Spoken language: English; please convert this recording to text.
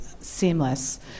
seamless